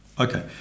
Okay